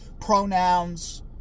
pronouns